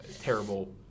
terrible